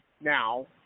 Now